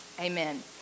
Amen